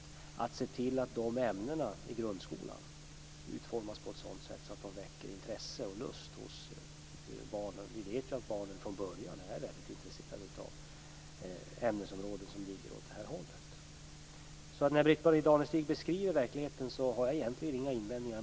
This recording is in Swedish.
Man kan se till att dessa ämnen i grundskolan utformas på ett sådant sätt att de väcker intresse och lust hos barnen. Vi vet ju att barn från början är mycket intresserade av ämnesområden som ligger åt det här hållet. När Britt-Marie Danestig beskriver verkligheten har jag egentligen inga invändningar.